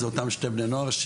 אותם שני בני נוער.